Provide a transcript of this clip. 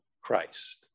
Christ